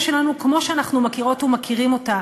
שלנו כמו שאנחנו מכירות ומכירים אותה,